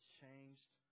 changed